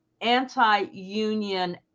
anti-union